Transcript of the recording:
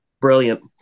Brilliant